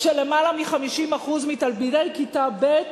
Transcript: כשלמעלה מ-50% מתלמידי כיתה ב'